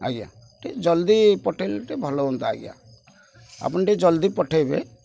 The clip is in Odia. ଆଜ୍ଞା ଟିକେ ଜଲଦି ପଠାଇଲେ ଟିକେ ଭଲ ହୁଅନ୍ତା ଆଜ୍ଞା ଆପଣ ଟିକେ ଜଲଦି ପଠାଇବେ